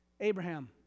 Abraham